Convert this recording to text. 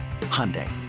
Hyundai